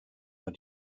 war